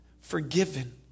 forgiven